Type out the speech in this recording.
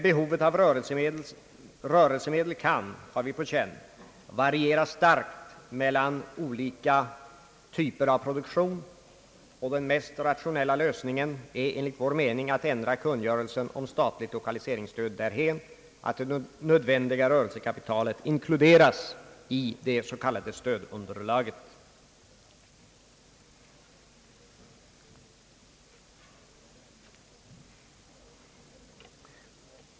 Behovet av rörelsemedel kan variera starkt mellan olika typer av produktion, och den mest rationella lösningen är enligt vår mening att ändra kungörelsen om statligt lokaliseringsstöd därhän, att det nödvändiga rörelsekapitalet inkluderas i det s.k. stödunderlaget.